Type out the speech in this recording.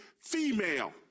female